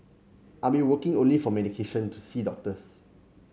I'd be working only for my medication to see doctors